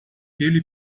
ele